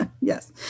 yes